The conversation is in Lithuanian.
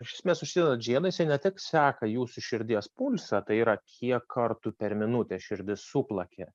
iš esmės užsidedat žiedą jisai ne tik seka jūsų širdies pulsą tai yra kiek kartų per minutę širdis suplakė